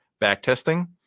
backtesting